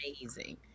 amazing